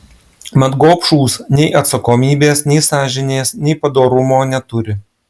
mat gobšūs nei atsakomybės nei sąžinės nei padorumo neturi